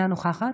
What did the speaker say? אינה נוכחת,